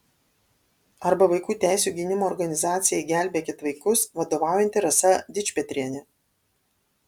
arba vaikų teisių gynimo organizacijai gelbėkit vaikus vadovaujanti rasa dičpetrienė